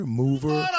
mover